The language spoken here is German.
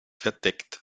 verdeckt